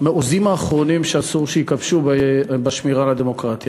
המעוזים האחרונים שאסור שייכבשו בשמירה על הדמוקרטיה.